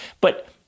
But-